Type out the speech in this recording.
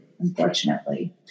unfortunately